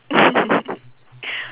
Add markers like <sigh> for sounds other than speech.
<laughs>